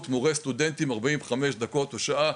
מורה וסטודנטים ארבעים וחמש דקות או שעה,